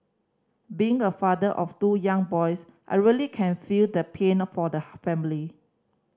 being a father of two young boys I really can feel the pain for the family